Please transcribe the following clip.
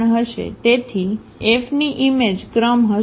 તેથી F ની image ક્રમ હશે